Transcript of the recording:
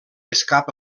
escapa